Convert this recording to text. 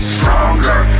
Stronger